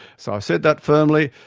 so i've said that firmly,